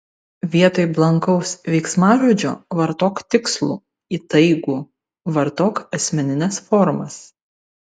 vietoj blankaus veiksmažodžio vartok tikslų įtaigų vartok asmenines formas